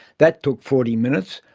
that took forty minutes,